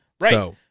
Right